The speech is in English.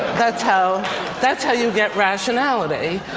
that's how that's how you get rationality.